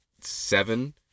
seven